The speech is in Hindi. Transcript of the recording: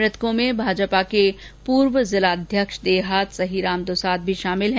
मृतकों में भाजपा के पूर्व जिलाध्यक्ष देहात सहीराम दुसाद शामिल हैं